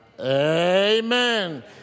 Amen